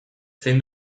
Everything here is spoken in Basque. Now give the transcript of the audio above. zein